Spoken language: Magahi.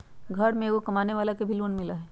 घर में एगो कमानेवाला के भी लोन मिलहई?